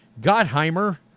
Gottheimer